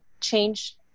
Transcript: Change